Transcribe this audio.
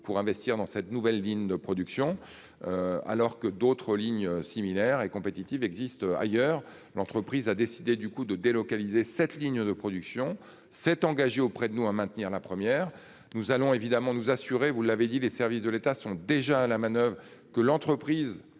pour investir dans cette nouvelle ligne de production. Alors que d'autres lignes similaire et compétitive existe ailleurs. L'entreprise a décidé du coup de délocaliser cette ligne de production s'est engagée auprès de nous, à maintenir la première. Nous allons évidemment nous assurer, vous l'avez dit, les services de l'État sont déjà à la manoeuvre que l'entreprise